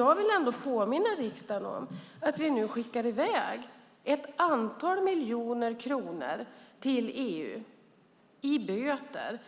Jag vill påminna riksdagen om att vi skickar i väg ett antal miljoner kronor till EU i böter